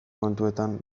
kontuetan